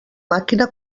màquina